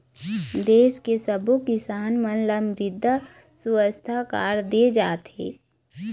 देस के सब्बो किसान मन ल मृदा सुवास्थ कारड दे जाथे